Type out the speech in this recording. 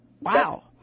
wow